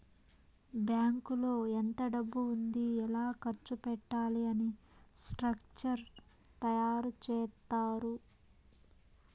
బ్యాంకులో ఎంత డబ్బు ఉంది ఎలా ఖర్చు పెట్టాలి అని స్ట్రక్చర్ తయారు చేత్తారు